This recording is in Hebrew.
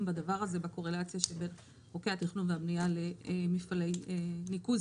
בדבר הזה בקורלציה של חוקי התכנון והבנייה למפעלי ניקוז,